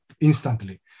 instantly